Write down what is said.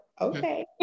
okay